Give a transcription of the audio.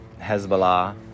Hezbollah